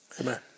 Amen